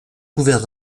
couvert